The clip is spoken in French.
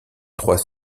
trois